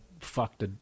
fucked